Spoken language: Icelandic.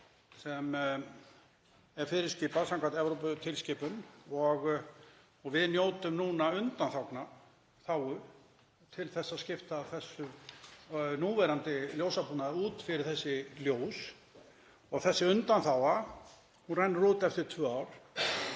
sem er fyrirskipuð samkvæmt Evróputilskipun. Við njótum núna undanþágu til að skipta núverandi ljósabúnaði út fyrir þessi ljós. Þessi undanþága rennur út eftir tvö ár